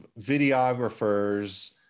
videographers